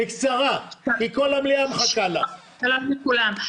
שלום לכולם.